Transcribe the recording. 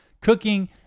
cooking